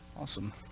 Awesome